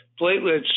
platelets